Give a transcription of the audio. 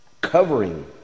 Covering